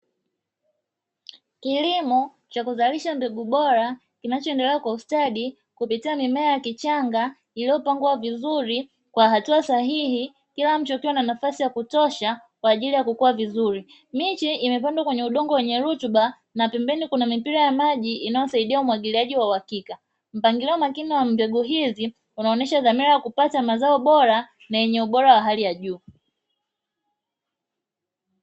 Kilimo cha kuzalisha mbegu bora kinachoendelea kwa ustadi kupitia mimea ya kichanga iliyopangwa vizuri kwa hatua sahihi kila mche ukiwa na nafasi ya kutosha kwa ajili ya kukua vizuri. Miche imepandwa kwenye udongo wenye rutuba na pembeni kuna mipira ya maji inayosaidia umwagiliaji wa uhakika. Mpangilio makini wa mbegu hizi unaonesha dhamira ya kupata mazao bora na wenye ubora wa hali ya juu.